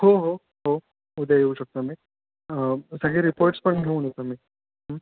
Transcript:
हो हो हो उद्या येऊ शकतो मी सगळे रिपोर्टस पण घेऊन येतो मी